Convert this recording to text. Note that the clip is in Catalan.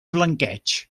blanqueig